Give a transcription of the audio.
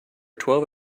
twelve